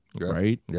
Right